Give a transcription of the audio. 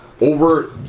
over